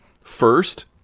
first